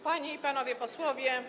Panie i Panowie Posłowie!